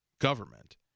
government